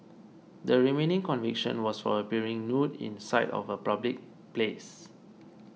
the remaining conviction was for appearing nude in sight of a public place